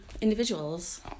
individuals